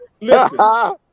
Listen